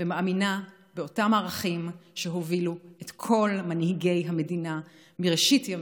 ומאמינה באותם ערכים שהובילו את כל מנהיגי המדינה מראשית ימיה.